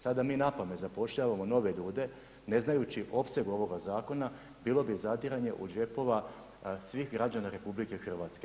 Sada mi napamet zapošljavamo nove ljude, ne znajući opseg ovoga zakona, bilo bi zadiranje u džepova svih građana RH.